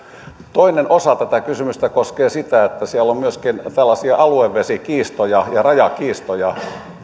toinen osa tätä kysymystä koskee sitä että siellä napa alueella on myöskin tällaisia aluevesikiistoja ja rajakiistoja